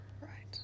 right